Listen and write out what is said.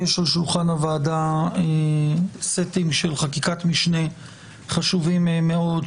יש על שולחן הוועדה סטים של חקיקת משנה חשובים מאוד,